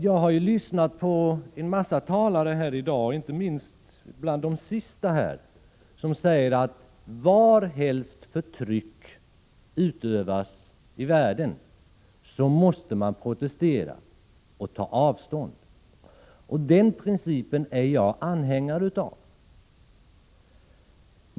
Jag har här i dag hört en massa talare säga — jag tänker inte minst på dem som hade ordet sist i den utrikespolitiska debatten — att var helst i världen som förtryck utövas måste man protestera och ta avstånd. Den principen är jag anhängare av.